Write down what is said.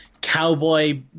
cowboy